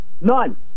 None